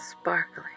sparkling